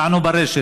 טענו ברשת.